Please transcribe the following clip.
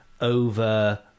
over